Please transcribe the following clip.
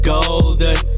Golden